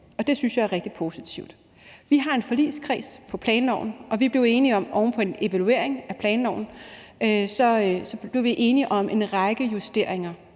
det synes jeg er rigtig positivt. Vi har en forligskreds bag planloven, og oven på en evaluering af planloven blev vi enige om en række justeringer,